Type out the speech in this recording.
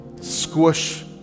Squish